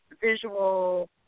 visual